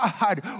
God